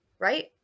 Right